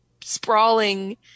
sprawling